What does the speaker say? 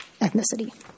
ethnicity